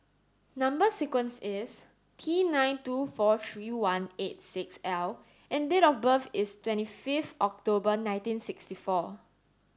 number sequence is T nine two four three one eight six L and date of birth is twenty five October nineteen sixty four